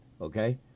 Okay